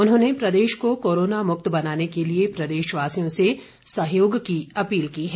उन्होंने प्रदेश को कोरोना मुक्त बनाने के लिए प्रदेशवासियों से सहयोग की अपील की है